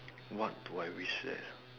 what do I wish eh